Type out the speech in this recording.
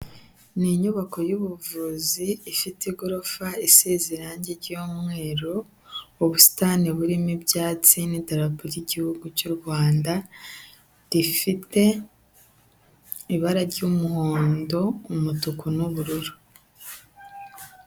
Ni inyubako y'ubuvuzi ifite igorofa isize irangi ry'umweru, ubusitani burimo ibyatsi n'idarapo ry'igihugu cy'u Rwanda, rifite ibara ry'umuhondo, umutuku n'ubururu.